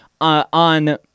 on